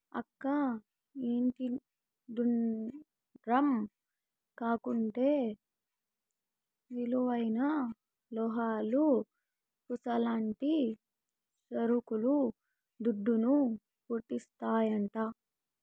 అక్కా, ఎంతిడ్డూరం కాకుంటే విలువైన లోహాలు, పూసల్లాంటి సరుకులు దుడ్డును, పుట్టిస్తాయంట